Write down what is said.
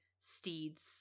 Steed's